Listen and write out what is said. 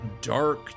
dark